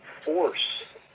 force